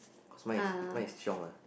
cause mine mine is Chiong ah